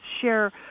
share